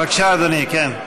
בבקשה, אדוני, כן.